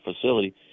facility